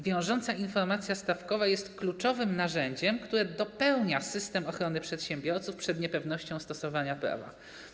Wiążąca informacja stawkowa jest kluczowym narzędziem, które dopełnia system ochrony przedsiębiorców przed niepewnością stosowania prawa.